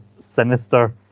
sinister